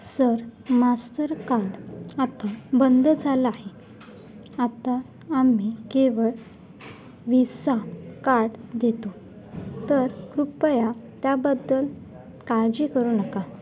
sir master card आता बंद झालं आहे आता आम्ही केवळ विसा कार्ड देतो तर कृपया त्याबद्दल काळजी करू नका